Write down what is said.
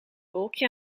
wolkje